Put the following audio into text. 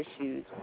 issues